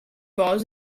balls